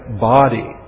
body